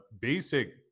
basic